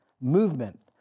movement